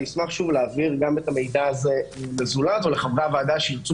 ואני אשמח להעביר את המידע הזה ל"זולת" ולחברי הוועדה שירצו